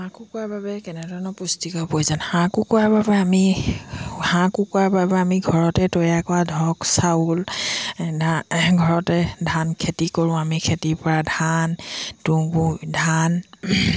হাঁহ কুকুৰাৰ বাবে কেনেধৰণৰ পুষ্টিকৰ প্ৰয়োজন হাঁহ কুকুৰাৰ বাবে আমি হাঁহ কুকুৰাৰ বাবে আমি ঘৰতে তৈয়াৰ কৰা ধৰক চাউল ঘৰতে ধান খেতি কৰোঁ আমি খেতিৰ পৰা ধান তুঁহ ধান